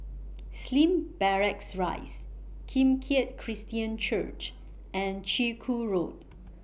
Slim Barracks Rise Kim Keat Christian Church and Chiku Road